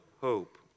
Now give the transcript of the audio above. hope